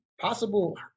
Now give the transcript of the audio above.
possible